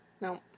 No